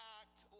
act